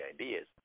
ideas